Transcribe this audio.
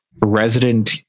resident